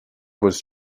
was